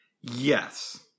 Yes